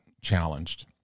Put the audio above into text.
challenged